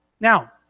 now